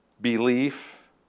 belief